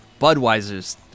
Budweiser's